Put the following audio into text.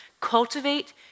Cultivate